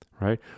Right